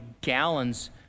gallons